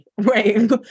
right